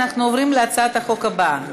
אנחנו עוברים להצעת החוק הבאה,